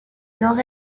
nord